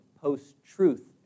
post-truth